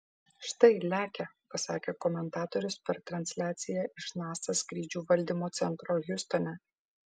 štai lekia pasakė komentatorius per transliaciją iš nasa skrydžių valdymo centro hjustone